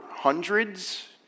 hundreds